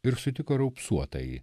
ir sutiko raupsuotąjį